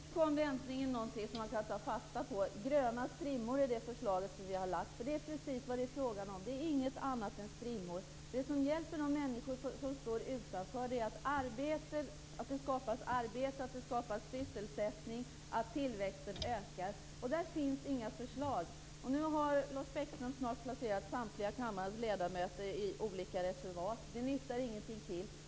Fru talman! Nu kom det äntligen någonting som man kan ta fasta på, gröna strimmor i det förslag som har lagts fram. Det är precis vad det är fråga om. Det är inget annat än strimmor. Det som hjälper de människor som står utanför är att det skapas arbete och sysselsättning, att tillväxten ökar. Där finns inga förslag. Nu har Lars Bäckström snart placerat samtliga kammarens ledamöter i olika reservat. Det nyttar ingenting till.